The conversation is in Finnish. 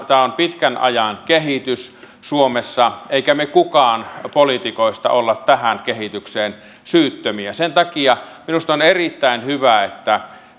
tämä on pitkän ajan kehitys suomessa eikä kukaan meistä poliitikoista ole tähän kehitykseen syytön sen takia minusta on erittäin hyvä että